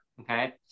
okay